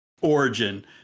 origin